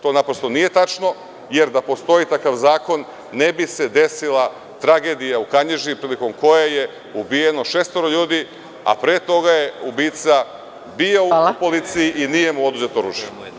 To naprosto nije tačno, jer da postoji takav zakon, ne bi se desila tragedija u Kanjiži, prilikom koje je ubijeno šestoro ljudi, a pre toga je ubica bio u policiji i nije mu oduzeto oružje.